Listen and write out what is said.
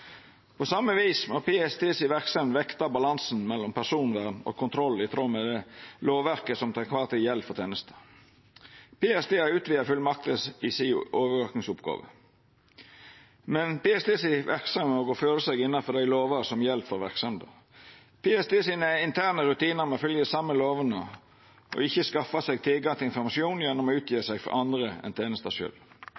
På same viset må PSTs verksemd vekta balansen mellom personvern og kontroll i tråd med lovverket som til kvar tid gjeld for tenesta. PST har utvida fullmakter i overvakingsoppgåva si, men verksemda deira må gå føre seg innanfor dei lovene som gjeld for verksemda. PSTs interne rutinar må fylgja dei same lovene, og dei må ikkje skaffa seg tilgang til informasjon gjennom å utgje